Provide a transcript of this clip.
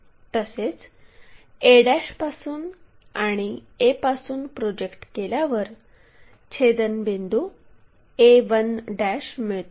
तसेच a पासून आणि a पासून प्रोजेक्ट केल्यावर छेदनबिंदू a1 मिळतो